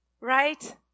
right